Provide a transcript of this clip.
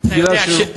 מפני שהוא,